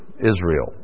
Israel